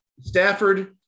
Stafford